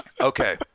Okay